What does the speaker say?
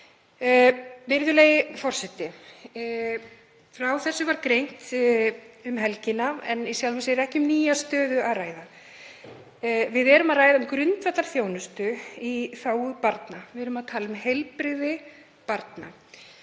Virðulegi forseti. Frá þessu var greint um helgina en í sjálfu sér er ekki um nýja stöðu að ræða. Við erum að ræða um grundvallarþjónustu í þágu barna. Við erum að tala um heilbrigði barna.